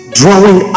drawing